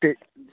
ٹھیک